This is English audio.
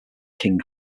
king